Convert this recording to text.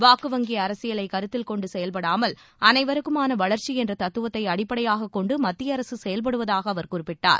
வாக்கு வங்கி அரசியலை கருத்தில் கொண்டு செயல்படாமல் அனைவருக்குமான வளா்ச்சி என்ற தத்துவத்தை அடிப்படையாக கொண்டு மத்திய அரசு செயல்படுவதாக அவர் குறிப்பிட்டார்